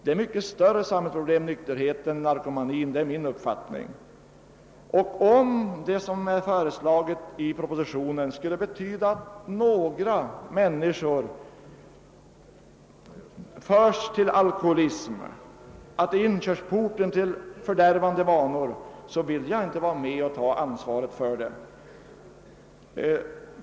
Alkoholproblemet är enligt min mening mycket störer än narkotikaproblemet. Och om ett förverkligande av propositionsförslaget skulle leda till att några människor förs till alkoholism, ja, skulle bli inkörsporten till fördärvande vanor, så vill jag inte vara med om att ta ansvaret för det.